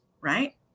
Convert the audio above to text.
right